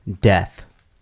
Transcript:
Death